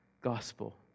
gospel